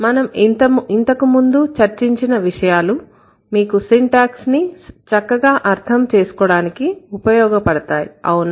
మనం ఇంతకుముందు చర్చించిన విషయాలు మీకు సింటాక్స్ ని చక్కగా అర్థం చేసుకోవడానికి ఉపయోగపడతాయిఅవునా